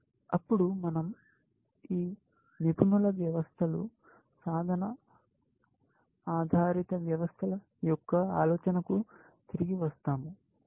అప్పుడు మన০ ఈ నిపుణుల వ్యవస్థలు సాధన ఆధారిత వ్యవస్థల యొక్క ఆలోచన కు తిరిగి వస్తాము